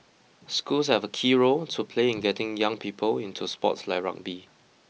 schools have a key role to play in getting young people into sports like rugby